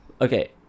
Okay